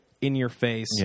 in-your-face